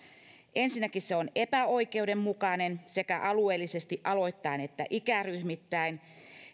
ensinnäkin se on epäoikeudenmukainen sekä alueellisesti aloittain että ikäryhmittäin